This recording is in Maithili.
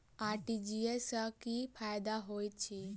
आर.टी.जी.एस सँ की फायदा होइत अछि?